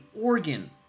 organ